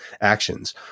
actions